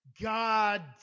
God